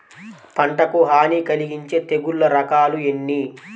పంటకు హాని కలిగించే తెగుళ్ల రకాలు ఎన్ని?